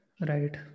Right